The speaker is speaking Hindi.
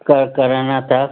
कर कराना था